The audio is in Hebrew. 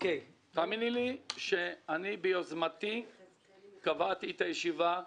תאמיני לי שאני ביוזמתי קבעתי את הישיבה.